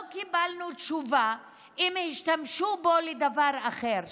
לא קיבלנו תשובה אם השתמשו בו לדבר אחר,